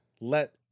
let